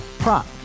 Prop